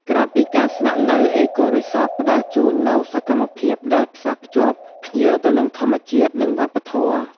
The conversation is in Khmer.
ក្រៅពីការស្នាក់នៅ អេកូរីសតផ្តល់ជូននូវសកម្មភាពដែលផ្សារភ្ជាប់ភ្ញៀវទៅនឹងធម្មជាតិ និងវប្បធម៌។